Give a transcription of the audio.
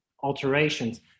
alterations